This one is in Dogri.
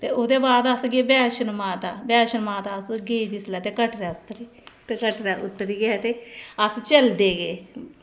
ते ओह्दे बाद अस गे माता वैश्णो वैश्णो माता गे अस जेल्लै ते कटरै उतरे ते कटरै उतरियै अस चलदे गे